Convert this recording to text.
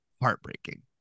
heartbreaking